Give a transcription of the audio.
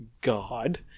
god